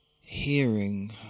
hearing